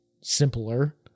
simpler